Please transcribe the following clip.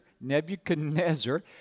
Nebuchadnezzar